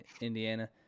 indiana